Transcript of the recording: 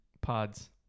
pods